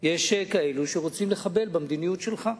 יש כאלה שרוצים לחבל במדיניות שלך.